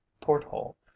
porthole